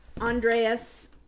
Andreas